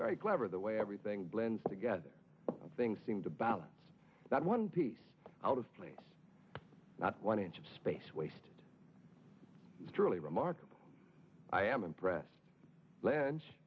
very clever the way everything blends together things seem to balance that one piece out of place not one inch of space waste is truly remarkable i am impressed blanche